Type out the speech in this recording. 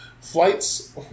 Flights